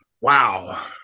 wow